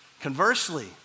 Conversely